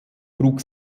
trug